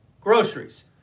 Groceries